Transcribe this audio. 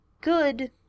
good